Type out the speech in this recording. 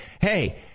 hey